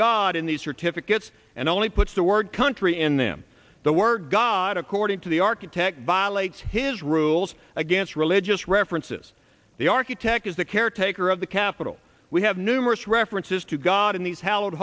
god in these certificates and only puts the word country in them the word god according to the architect violates his rules against religious references the architect is the caretaker of the capitol we have numerous references to god in these h